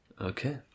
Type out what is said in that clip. Okay